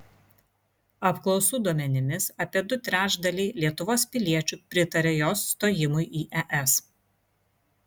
apklausų duomenimis apie du trečdaliai lietuvos piliečių pritaria jos stojimui į es